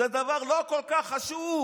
זה דבר לא כל כך חשוב.